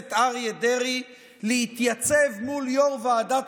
הכנסת אריה דרעי להתייצב מול יו"ר ועדת